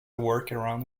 workaround